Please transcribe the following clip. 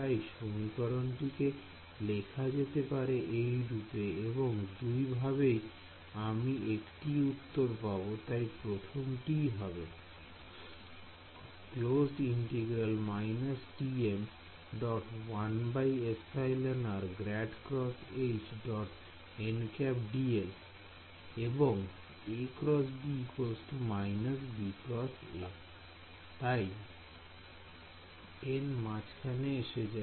তাই সমীকরণটি কি লেখা যেতে পারে এইরূপে এবং দুই ভাবেই আমি একটি উত্তর পাবো তাই প্রথমে এটি হবে আই n মাঝখানে এসে যায়